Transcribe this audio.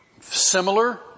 similar